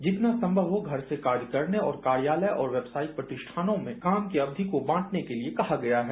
जितना संभव हो घर से कार्य करने और कार्यालय और वेबसाइट प्रतिष्ठानों में काम की अवधि को बांटने के लिए कहा गया है